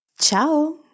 Ciao